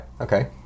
okay